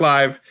Live